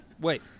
wait